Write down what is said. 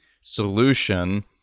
solution